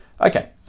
Okay